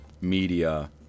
media